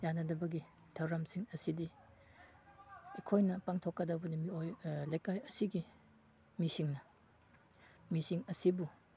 ꯌꯥꯅꯅꯕꯒꯤ ꯊꯧꯔꯝꯁꯤꯡ ꯑꯁꯤꯗꯤ ꯑꯩꯈꯣꯏꯅ ꯄꯥꯡꯊꯣꯛꯀꯗꯕ ꯂꯩꯀꯥꯏ ꯑꯁꯤꯒꯤ ꯃꯤꯁꯤꯡꯅ ꯃꯤꯁꯤꯡ ꯑꯁꯤꯕꯨ